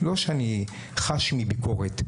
לא שאני חף מביקורת,